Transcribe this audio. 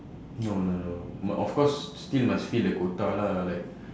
no no no must of course still must fill the quota lah like